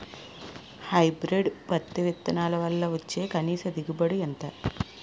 Hybrid పత్తి విత్తనాలు వల్ల వచ్చే కనీస దిగుబడి ఎంత?